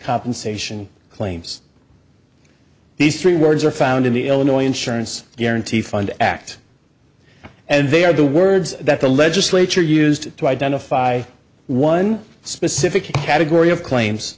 compensation claims these three words are found in the illinois insurance guarantee fund act and they are the words that the legislature used to identify one specific category of claims